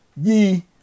ye